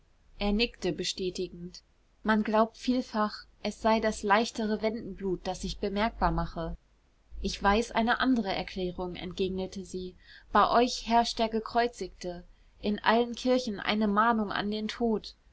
er nickte bestätigend man glaubt vielfach es sei das leichtere wendenblut das sich bemerkbar mache ich weiß eine andere erklärung entgegnete sie bei euch herrscht der gekreuzigte in allen kirchen eine mahnung an den tod